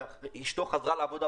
אשתו חזרה לעבודה,